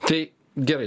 tai gerai